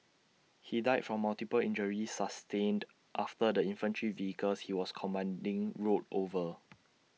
he died from multiple injuries sustained after the infantry vehicle he was commanding rolled over